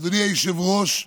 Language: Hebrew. אדוני היושב-ראש,